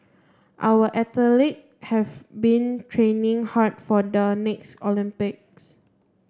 our athlete have been training hard for the next Olympics